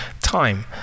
time